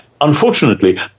Unfortunately